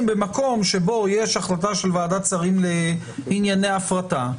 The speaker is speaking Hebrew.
שבמקום שבו יש החלטה של ועדת שרים לענייני הפרטה,